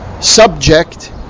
subject